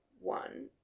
one